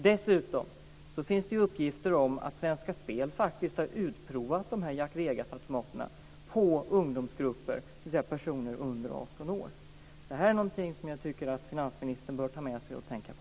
Dessutom finns det uppgifter om att Svenska Spel faktiskt har utprovat de här Jack Vegas-automaterna på ungdomsgrupper, dvs. personer under 18 år. Detta är någonting som jag tycker att finansministern bör ta med sig och tänka på.